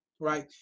right